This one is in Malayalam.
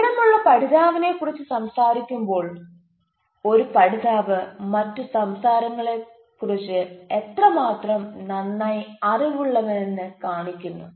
വിവരമുള്ള പഠിതാവിനെക്കുറിച്ച് സംസാരിക്കുമ്പോൾ ഒരു പഠിതാവ് മറ്റ് സംസ്കാരങ്ങളെക്കുറിച്ച് എത്രമാത്രം നന്നായി അറിവുള്ളവനെന്ന് കാണിക്കുന്നു